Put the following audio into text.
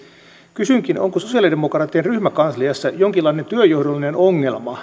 kysynkin onko sosialide mokraattien ryhmäkansliassa jonkinlainen työnjohdollinen ongelma